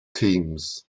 teams